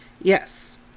Yes